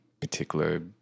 particular